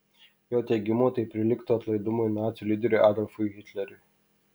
jo teigimu tai prilygtų atlaidumui nacių lyderiui adolfui hitleriui